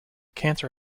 cancer